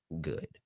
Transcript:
good